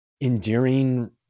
endearing